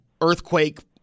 earthquake